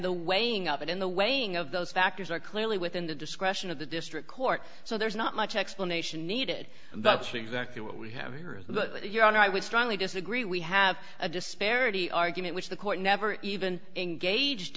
the weighing of it in the weighing of those factors are clearly within the discretion of the district court so there's not much explanation needed and that's exactly what we have here is your honor i would strongly disagree we have a disparity argument which the court never even engaged